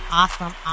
awesome